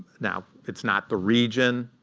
now it's not the region,